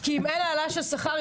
כי אם אין העלאה של שכר,